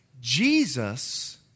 Jesus